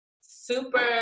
super